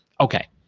Okay